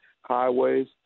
highways